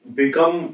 become